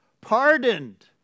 pardoned